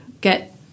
get